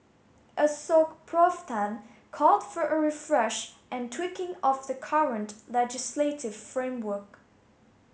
Assoc Prof Tan called for a refresh and tweaking of the current legislative framework